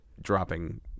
dropping